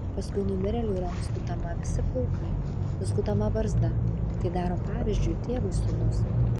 paskui numirėliui yra nuskutama visi plaukai nuskutama barzda tai daro pavyzdžiui tėvui sūnus